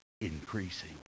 increasing